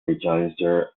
register